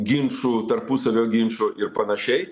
ginčų tarpusavio ginčų ir panašiai